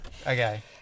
Okay